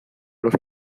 los